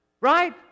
Right